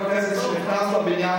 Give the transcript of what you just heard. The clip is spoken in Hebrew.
כל חבר כנסת שנכנס לבניין,